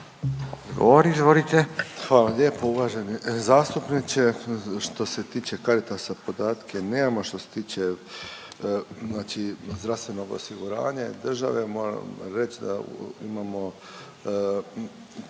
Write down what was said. Hvala lijepo uvaženi zastupniče. Što se tiče Caritasa podatke nemamo, što se tiče znači zdravstvenog osiguranja i države moram reći da imamo